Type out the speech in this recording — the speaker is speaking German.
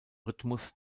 rhythmus